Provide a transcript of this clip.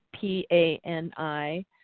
P-A-N-I